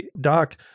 doc